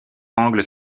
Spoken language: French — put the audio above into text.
angles